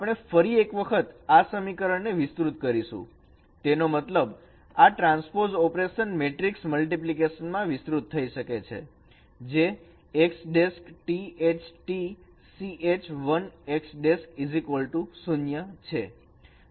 આપણે ફરી એક વખત આ આ સમીકરણ ને વિસ્તૃત કરીશું તેનો મતલબ આ ટ્રાન્સપોઝ ઓપરેશન મેટ્રિકસ મલ્ટીપ્લિકેશન માં વિસ્તૃત થઈ શકે છે જે X T H T CH 1 X 0 છે